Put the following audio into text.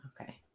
Okay